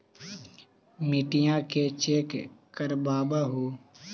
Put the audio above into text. मिट्टीया के चेक करबाबहू?